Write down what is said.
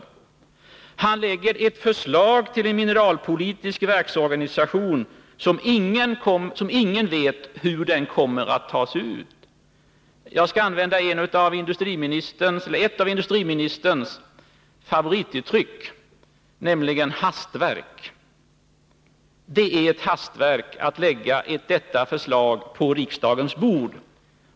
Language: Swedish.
Industriministern lägger fram ett förslag till en mineralpolitisk verksorganisation, men ingen vet hur den kommer att ta sig ut. Jag skall använda ett av industriministerns favorituttryck, nämligen ”hastverk”. Det är ett hastverk att lägga detta förslag på riksdagens bord.